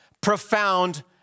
profound